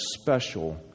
special